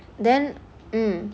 then mm